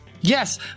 Yes